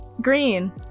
Green